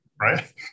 right